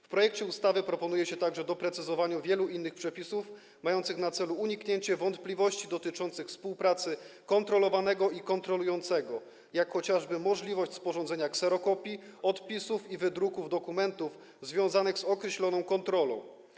W projekcie ustawy proponuje się także doprecyzowanie wielu innych przepisów mających na celu uniknięcie wątpliwości dotyczących współpracy kontrolowanego i kontrolującego, jak chociażby możliwości sporządzenia kserokopii, odpisów i wydruków dokumentów związanych z określoną kontrolą.